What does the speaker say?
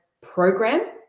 program